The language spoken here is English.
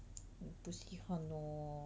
你不稀罕 lor